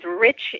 rich